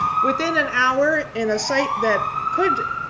within an hour in a site that could,